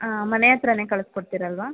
ಹಾಂ ಮನೆ ಹತ್ರವೇ ಕಳಿಸ್ಕೊಡ್ತಿರಲ್ವ